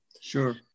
Sure